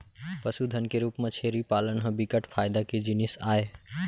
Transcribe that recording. पसुधन के रूप म छेरी पालन ह बिकट फायदा के जिनिस आय